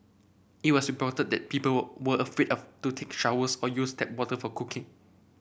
it was reported that people were were afraid of to take showers or use tap water for cooking